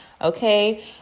okay